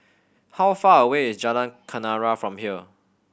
how far away is Jalan Kenarah from here